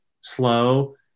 slow